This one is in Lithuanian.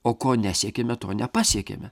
o ko nesiekėme to nepasiekėme